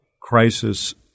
crisis